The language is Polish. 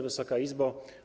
Wysoka Izbo!